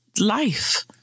life